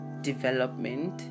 development